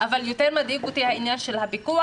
אבל יותר מדאיג אותי העניין של הפיקוח.